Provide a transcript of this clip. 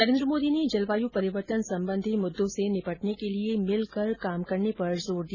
नरेन्द्र मोदी ने जलवायु परिवर्तन संबंधी मुद्दों से निपटने के लिए मिलकर काम करने पर जोर दिया